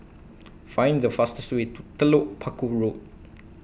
Find The fastest Way to Telok Paku Road